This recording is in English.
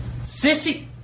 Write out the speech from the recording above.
Sissy-